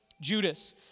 Judas